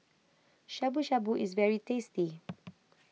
Shabu Shabu is very tasty